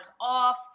off